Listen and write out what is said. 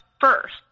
first